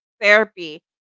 therapy